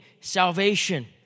salvation